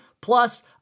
Plus